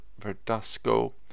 Verdasco